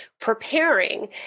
preparing